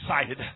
excited